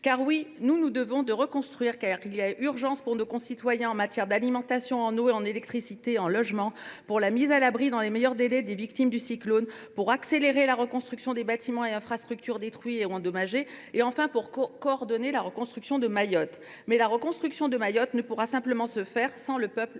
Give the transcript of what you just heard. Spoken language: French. Nous nous devons de reconstruire, car il y a urgence pour nos concitoyens. Il faut rétablir l’alimentation en eau et en électricité, mettre à l’abri dans les meilleurs délais les victimes du cyclone et les loger, accélérer la reconstruction des bâtiments et des infrastructures détruits et endommagés. Enfin, il faut coordonner la reconstruction de Mayotte. Mais la reconstruction de Mayotte ne pourra tout simplement pas se faire sans le peuple mahorais.